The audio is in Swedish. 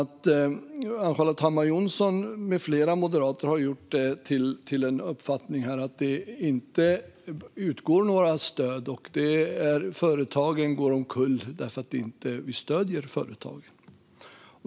Ann-Charlotte Hammar Johnsson med flera moderater har gjort så att det uppfattas som att det inte utgår några stöd och som att företagen går omkull eftersom vi inte stöder dem.